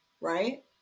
right